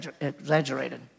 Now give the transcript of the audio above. exaggerated